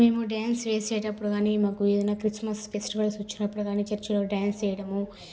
మేము డ్యాన్స్ వేసేటప్పుడు కానీ మాకు ఏదైనా క్రిస్మస్ ఫెస్టివల్స్ వచ్చినప్పుడు కానీ చర్చులో డ్యాన్స్ వేయడము